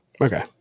Okay